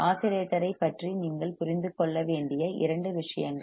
ஆஸிலேட்டரைப் பற்றி நீங்கள் புரிந்து கொள்ள வேண்டிய இரண்டு விஷயங்கள்